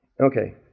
Okay